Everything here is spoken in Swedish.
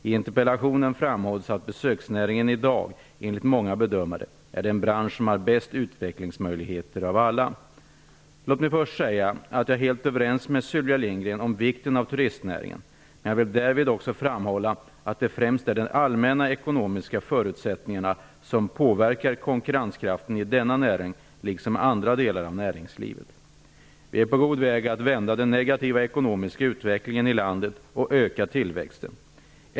I interpellationen framhålls att besöksnäringen i dag, enligt många bedömare, är den bransch som har bäst utvecklingsmöjligheter av alla. Låt mig först säga att jag är helt överens med Sylvia Lindgren om vikten av turistnäringen, men jag vill därvid också framhålla att det främst är de allmänna ekonomiska förutsättningarna som påverkar konkurrenskraften i denna näring liksom i andra delar av näringslivet. Vi är på god väg att vända den negativa ekonomiska utvecklingen i landet och öka tillväxten.